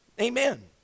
Amen